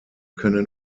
können